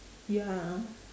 ya